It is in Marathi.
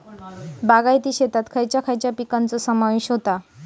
बागायती शेतात खयच्या खयच्या पिकांचो समावेश होता?